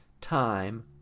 time